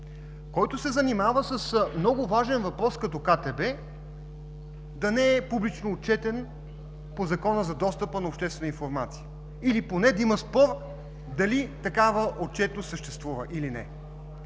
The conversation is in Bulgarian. който се занимава с много важен въпрос като КТБ, да не е публично отчетен по Закона за достъпа на обществена информация? Или поне да има спор, дали такава отчетност съществува, или не.